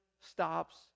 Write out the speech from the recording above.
stops